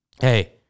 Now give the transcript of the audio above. hey